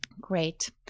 Great